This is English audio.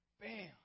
Bam